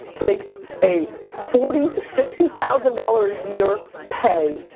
to make a forty to sixty thousand dollars a year pay,